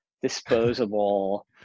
disposable